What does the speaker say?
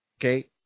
Okay